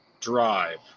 drive